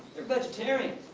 they're vegetarians.